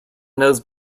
knows